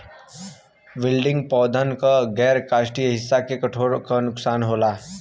wilting पौधन क गैर काष्ठीय हिस्सा के कठोरता क नुकसान होला